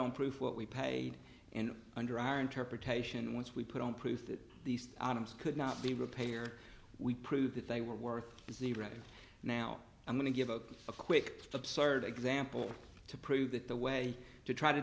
on proof what we paid and under our interpretation once we put on proof that these items could not be repaired we prove that they were worth is the record now i'm going to give a quick absurd example to prove that the way to try to